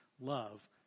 Love